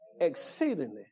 exceedingly